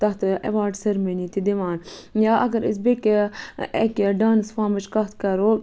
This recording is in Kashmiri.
تَتھ ایواڑ سٔرمٔنی تہِ دِوان یا اَگر أسۍ بیٚکہِ اَکہِ ڈانٕس فارمٕچ کَتھ کَرو